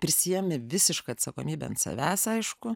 prisiimi visišką atsakomybę ant savęs aišku